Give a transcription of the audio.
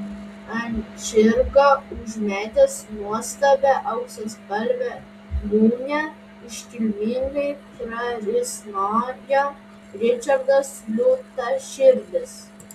ant žirgo užmetęs nuostabią auksaspalvę gūnią iškilmingai prarisnojo ričardas liūtaširdis